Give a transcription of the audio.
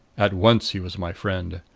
at once he was my friend.